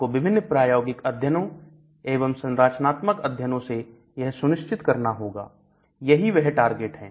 आपको विभिन्न प्रायोगिक अध्ययनों एवं संरचनात्मक अध्ययनों से यह सुनिश्चित करना होगा यही वह टारगेट है